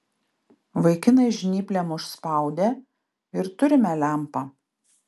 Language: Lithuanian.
vaikinai žnyplėm užspaudė ir turime lempą